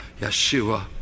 Yeshua